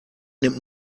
nimmt